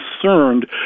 concerned